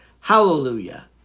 Hallelujah